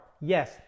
yes